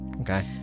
Okay